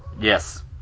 Yes